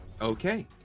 Okay